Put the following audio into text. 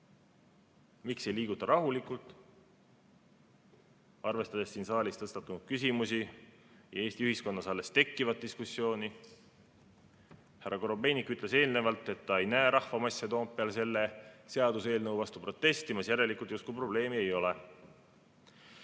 Miks ei liiguta rahulikult, arvestades siin saalis tõstatunud küsimusi ja Eesti ühiskonnas alles tekkivat diskussiooni? Härra Korobeinik ütles eelnevalt, et ta ei näe rahvamasse Toompeal selle seaduseelnõu vastu protestimas, järelikult probleemi justkui